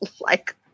like-